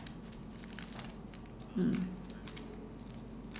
mm